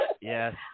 Yes